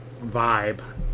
vibe